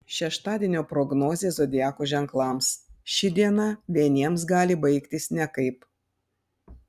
šeštadienio prognozė zodiako ženklams ši diena vieniems gali baigtis nekaip